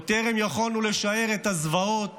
עוד טרם יכולנו לשער את הזוועות